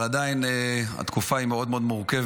אבל עדיין התקופה היא מאוד מאוד מורכבת.